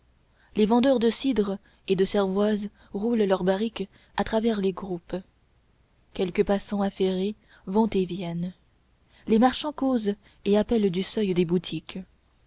les vendeurs de cidre et de cervoise roulent leur barrique à travers les groupes quelques passants affairés vont et viennent les marchands causent et s'appellent du seuil des boutiques